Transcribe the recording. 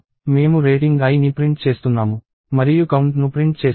మేము రేటింగ్ iని ప్రింట్ చేస్తున్నాము మరియు కౌంట్ను ప్రింట్ చేస్తాము